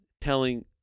telling